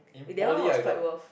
wait that one was quite worth